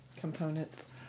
components